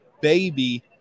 baby